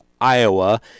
Iowa